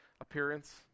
appearance